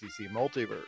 Multiverse